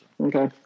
Okay